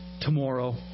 tomorrow